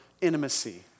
intimacy